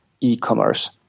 e-commerce